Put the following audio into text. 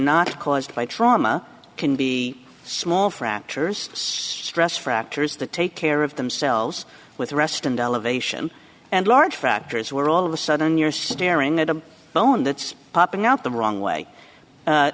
not caused by trauma can be small fractures stress fractures the take care of themselves with rest and elevation and large factors were all of a sudden you're staring at a bone that's popping out the wrong way